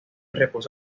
reposo